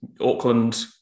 Auckland